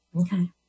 Okay